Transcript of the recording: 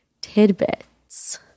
tidbits